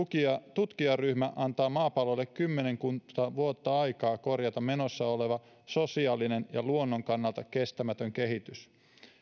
tutkijaryhmä antaa maapallolle kymmenkunta vuotta aikaa korjata menossa oleva sosiaalinen ja luonnon kannalta kestämätön kehitys